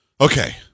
Okay